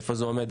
איפה זה עומד,